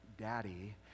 Daddy